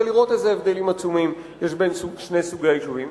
ולראות איזה הבדלים עצומים יש בין שני סוגי היישובים.